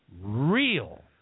real